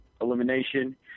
elimination